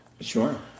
Sure